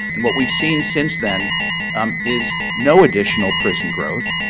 and what we've seen since then um is no additional prison growth.